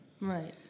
Right